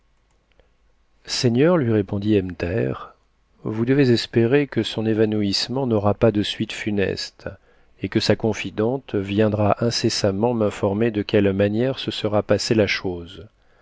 seigneur lui répondit ebn thaher vous devez espérer que son évanouissement n'aura pas de suites funestes et que sa confidente viendra incessamment m'informer de quelle manière se sera passée la chose